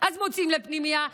אז מוציאים לפנימייה,